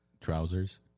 Trousers